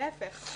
להפך,